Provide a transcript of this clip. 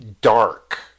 dark